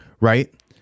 right